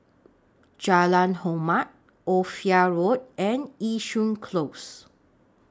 Jalan Hormat Ophir Road and Yishun Close